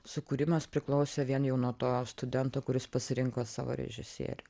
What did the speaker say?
sukūrimas priklausė vien jau nuo to studento kuris pasirinko savo režisierių